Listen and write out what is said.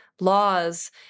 laws